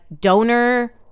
donor